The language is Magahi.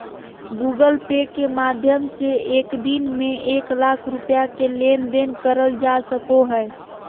गूगल पे के माध्यम से एक दिन में एक लाख रुपया के लेन देन करल जा सको हय